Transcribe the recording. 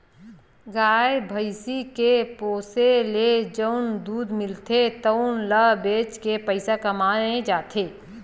गाय, भइसी के पोसे ले जउन दूद मिलथे तउन ल बेच के पइसा कमाए जाथे